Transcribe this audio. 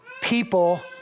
people